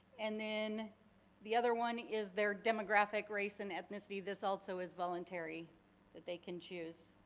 and then the other one is their demographic race and ethnicity. this also is voluntary that they can choose.